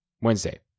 Wednesday